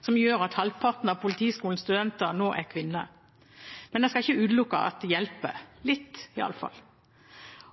som gjør at halvparten av Politihøgskolens studenter nå er kvinner, men jeg skal ikke utelukke at det hjelper – litt, iallfall.